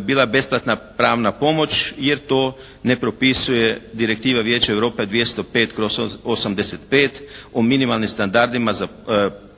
bila besplatna pravna pomoć, jer to ne propisuje direktiva Vijeća Europe 205/85 o minimalnim standardima za postupke,